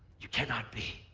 you cannot be.